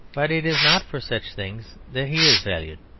but it is not for such things that he is valued.